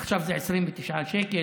עכשיו זה 29 שקל,